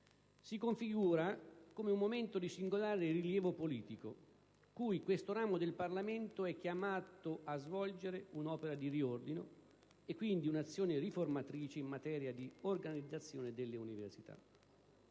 si configura come un momento di singolare rilievo politico, in cui questo ramo del Parlamento è chiamato a svolgere un'opera di riordino e quindi un'azione riformatrice in materia di organizzazione delle università.